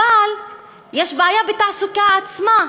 אבל יש בעיה בתעסוקה עצמה,